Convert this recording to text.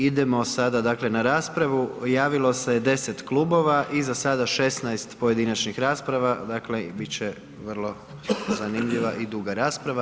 Idemo sada na raspravu, javilo se je 10 klubova i za sada 16 pojedinačnih rasprava, dakle bit će vrlo zanimljiva i duga rasprava.